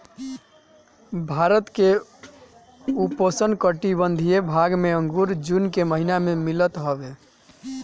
भारत के उपोष्णकटिबंधीय भाग में अंगूर जून के महिना में मिलत हवे